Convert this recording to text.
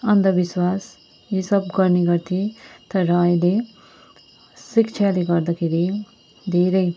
अन्धविश्वास यो सब गर्ने गर्थ्ये तर अहिले शिक्षाले गर्दाखेरि धेरै